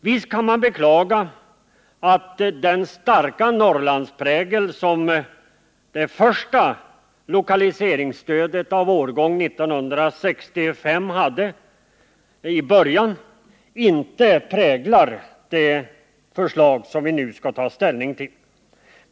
Visst kan man beklaga att den starka Norrlandsprägel som det första lokaliseringsstödet av årgång 1965 i början hade inte utmärker det förslag som vi nu behandlar.